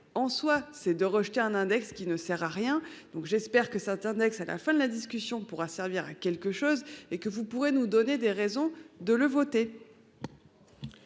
en soi c'est de rejeter un index qui ne sert à rien. Donc j'espère que ça. À la fin de la discussion pourra servir à quelque chose et que vous pourrez nous donner des raisons de le voter.